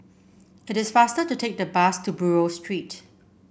it is faster to take the bus to Buroh Street